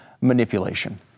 manipulation